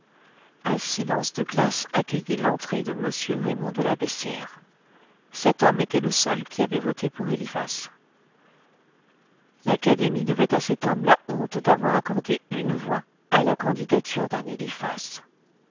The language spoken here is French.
un silence de glace accueillit l'entrée de m raymond de la beyssière cet homme était le seul qui avait voté pour eliphas l'académie devait à cet homme la honte d'avoir accordé une voix à la candidature d'un eliphas